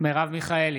מרב מיכאלי,